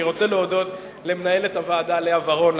אני רוצה להודות למנהלת הוועדה לאה ורון,